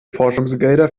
forschungsgelder